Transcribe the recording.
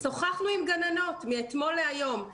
שוחחנו עם גננות מאתמול להיום.